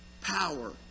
power